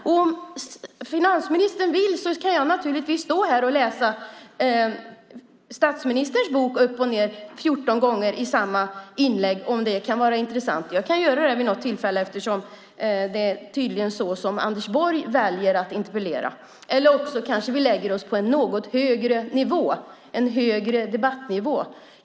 Om finansministern vill kan jag naturligtvis läsa sida upp och sida ned ur statsministerns bok, 14 gånger i samma inlägg, om det kan vara intressant. Jag kan göra det vid något tillfälle eftersom det tydligen är så Anders Borg väljer att föra en interpellationsdebatt. Eller kanske lägger vi oss på en något högre debattnivå.